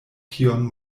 kion